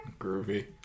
Groovy